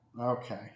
Okay